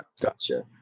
gotcha